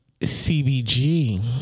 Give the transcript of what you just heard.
CBG